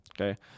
Okay